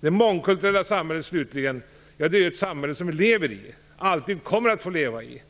Det mångkulturella samhället är ju ett samhälle som vi lever i och alltid kommer att få leva i.